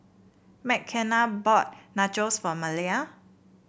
Mckenna bought Nachos for Maleah